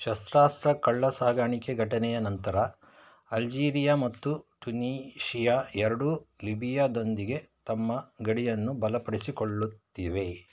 ಶಸ್ತ್ರಾಸ್ತ್ರ ಕಳ್ಳಸಾಗಾಣಿಕೆ ಘಟನೆಯ ನಂತರ ಅಲ್ಜೀರಿಯಾ ಮತ್ತು ಟುನೀಶಿಯಾ ಎರಡೂ ಲಿಬಿಯಾದೊಂದಿಗೆ ತಮ್ಮ ಗಡಿಯನ್ನು ಬಲಪಡಿಸಿಕೊಳ್ಳುತ್ತಿವೆ